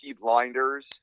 Blinders